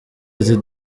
ati